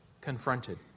confronted